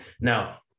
Now